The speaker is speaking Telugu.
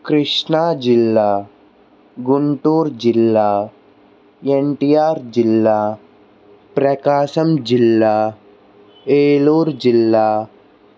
కృష్ణా జిల్లా గుంటూరు జిల్లా ఎన్టిఆర్ జిల్లా ప్రకాశం జిల్లా ఏలూరు జిల్లా